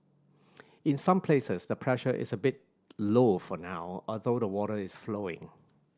in some places the pressure is a bit low for now although the water is flowing